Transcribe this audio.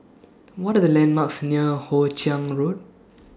What Are The landmarks near Hoe Chiang Road